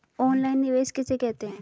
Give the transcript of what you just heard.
Online निवेश किसे कहते हैं?